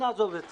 נעזוב את צד"ל.